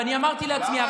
ואני אמרתי לעצמי, למה